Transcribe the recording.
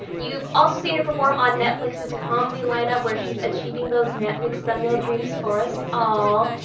you've also seen her perform on netflix's comedy lineup, where she's achieving those netflix thumbnail dreams for us all.